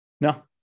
No